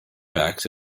packed